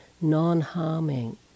non-harming